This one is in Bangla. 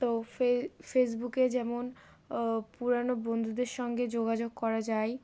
তো ফেসবুকে যেমন পুরানো বন্ধুদের সঙ্গে যোগাযোগ করা যায়